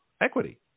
Equity